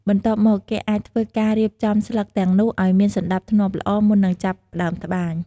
បន្ទាប់មក គេអាចធ្វើការរៀបចំស្លឹកទាំងនោះឲ្យមានសណ្តាប់ធ្នាប់ល្អ មុននឹងចាប់ផ្តើមត្បាញ។